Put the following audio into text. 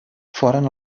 foren